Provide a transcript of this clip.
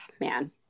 man